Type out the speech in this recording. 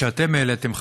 שאתם העליתם,